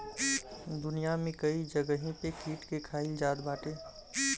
दुनिया में कई जगही पे कीट के खाईल जात बाटे